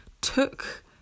took